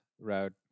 route